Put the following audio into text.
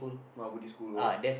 Mahabody-School oh